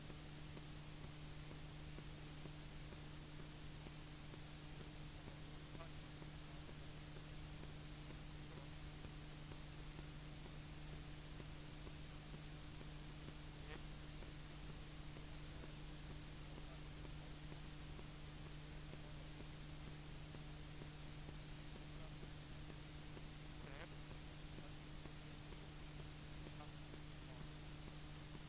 Fru talman! Vänsterpartiet har inga reservationer i detta betänkande, men jag vill ändå redogöra för en del av våra ståndpunkter. När det gäller älvskyddet vill jag betona vår mycket restriktiva inställning till någon som helst nybyggnad. Däremot finns det en energiöverenskommelse mellan s, v och c som innebär ett visst utrymme för småskalig ombyggnad och effektivisering av gamla anläggningar i mindre vattendrag. Hur detta hanteras är naturligtvis en grannlaga uppgift, eftersom nya skador eller störningar i den biologiska mångfalden inte är acceptabelt. Under detta år betalas inga bidrag ut. Men ansökningarna fortsätter att komma in till den nya energimyndigheten. Naturvårdsverket har i samarbete med Energimyndigheten tagit fram kriterierna för bidragsansökningarna.